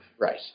Right